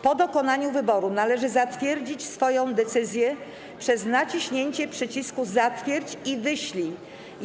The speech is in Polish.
Po dokonaniu wyboru należy zatwierdzić swoją decyzję przez naciśnięcie przycisku „zatwierdź i wyślij”